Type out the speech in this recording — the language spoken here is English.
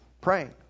praying